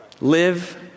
Live